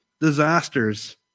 disasters